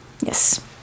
Yes